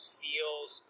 feels